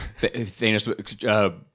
Thanos